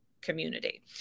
community